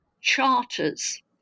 charters